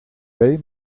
bmw